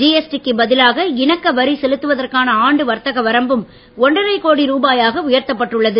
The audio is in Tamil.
ஜிஎஸ்டி க்கு பதிலாக இணக்கவரி செலுத்துவதற்கான ஆண்டு வர்த்தக வரம்பும் ஒன்றரை கோடி ருபாயாக உயர்த்தப்பட்டுள்ளது